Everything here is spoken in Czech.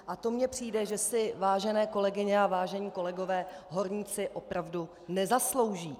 A to mně přijde, že si, vážené kolegyně a vážení kolegové, horníci opravdu nezaslouží.